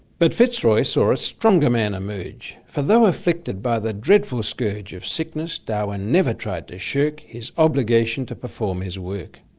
but fitzroy saw a stronger man emerge for though afflicted by the dreadful scourge of sickness, darwin never tried to shirk his obligation to perform his work.